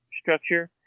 structure